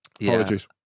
Apologies